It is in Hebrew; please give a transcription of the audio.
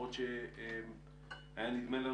למרות שהיה נדמה לנו